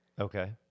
Okay